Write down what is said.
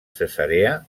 cesarea